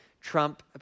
Trump